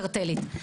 קרטלית.